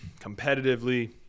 competitively